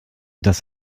dass